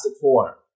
Four